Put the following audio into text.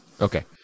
Okay